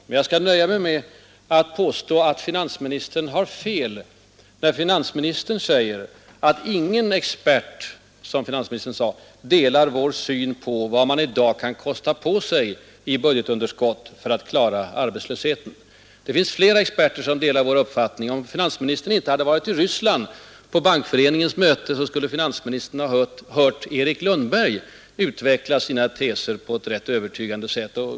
Men jag skall nöja mig med att påstå att finansministern har fel, när han anför att ingen expert — som finansministern sade — delar vår syn på vad man i dag kan kosta på sig i budgetunderskott för att klara arbetslösheten. Flera experter delar vår uppfattning. Om finansministern inte hade varit i Ryssland vid Bankföreningens möte, skulle finansministern ha hört Erik Lundberg utvecklat sina teser på ett rätt övertygande sätt.